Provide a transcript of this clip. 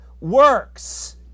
works